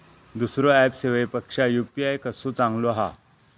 दुसरो ऍप सेवेपेक्षा यू.पी.आय कसो चांगलो हा?